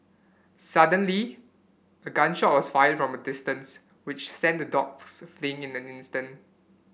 suddenly a gun shot was fired from a distance which sent the dogs fleeing in an instant